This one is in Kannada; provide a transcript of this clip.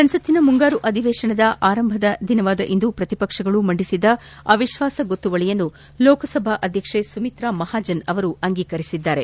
ಸಂಸತ್ ಮುಂಗಾರು ಅಧಿವೇತನದ ಆರಂಭ ದಿನವಾದ ಇಂದು ಪ್ರತಿಪಕ್ಷಗಳು ಮಂಡಿಸಿದ ಅವಿಶ್ವಾಸ ಗೊತ್ತುವಳಿಯನ್ನು ಲೋಕಸಭಾ ಅಧ್ಯಕ್ಷೆ ಸುಮಿತ್ರ ಮಹಾಜನ್ ಅಂಗೀಕರಿಸಿದ್ದಾರೆ